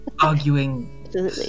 Arguing